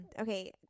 Okay